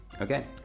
Okay